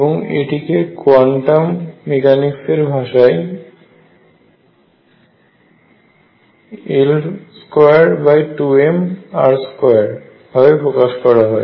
এবং এটিকে কোয়ান্টাম মেকানিক্সের ভাষায় L22mr2 ভাবে প্রকাশ করা হয়